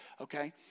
Okay